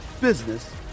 business